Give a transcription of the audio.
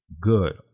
good